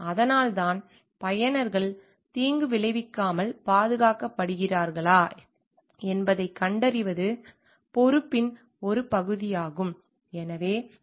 அதனால்தான் பயனர்கள் தீங்கு விளைவிக்காமல் பாதுகாக்கப்படுகிறார்களா என்பதைக் கண்டறிவது பொறுப்பின் ஒரு பகுதியாகும்